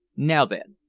now, then,